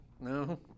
no